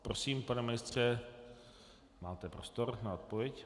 Prosím, pane ministře, máte prostor na odpověď.